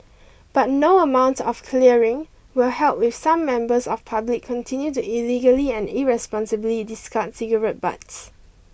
but no amount of clearing will help if some members of public continue to illegally and irresponsibly discard cigarette butts